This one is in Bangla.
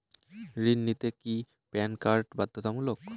ঋণ নিতে কি প্যান কার্ড বাধ্যতামূলক?